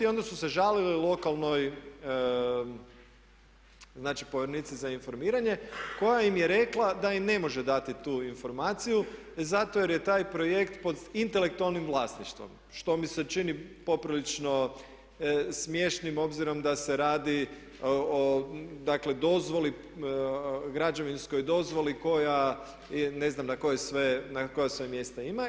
Onda su se žalili lokalnoj, povjerenici za informiranje koja im je rekla da ne može dati tu informaciju zato jer je taj projekt pod intelektualnim vlasništvom što mi se čini poprilično smiješnim obzirom da se radi o dozvoli građevinskoj dozvoli koja, ne znam koja sve mjesta ima.